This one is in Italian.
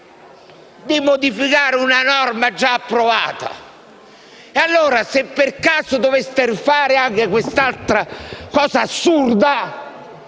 di modificare una norma già approvata. E allora, se per caso doveste fare anche quest'altra cosa assurda,